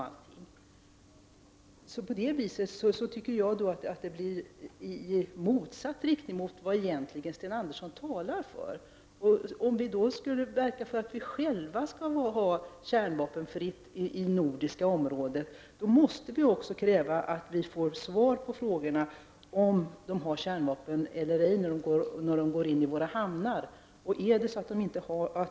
På det sättet tycker jag att effekten blir tvärtemot vad Sten Andersson egentligen talar för. Om vi skall verka för att vi själva skall ha kärnvapenfritt i det nordiska området, måste vi också kräva att vi får svar på frågorna om de fartyg som går in i våra hamnar har kärnvapen ombord eller ej.